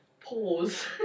Pause